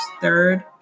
third